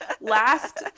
Last